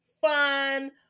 fun